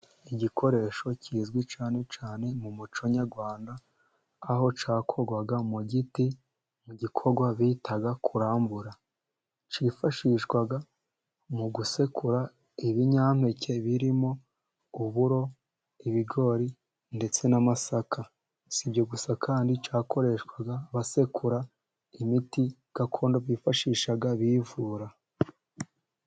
Igikoresho kizwi cyane cyane mu muco nyarwanda, aho cyakorwaga mu giti mu gikorwa bitaga kurangura, cyifashishwaga mu gusekura ibinyampeke birimo uburo, ibigori ndetse n'amasaka, si ibyo gusa kandi cyakoreshwaga basekura imiti gakondo, bifashishaga bivura.